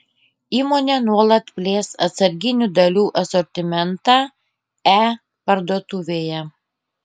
įmonė nuolat plės atsarginių dalių asortimentą e parduotuvėje